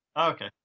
Okay